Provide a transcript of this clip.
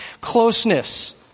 closeness